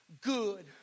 Good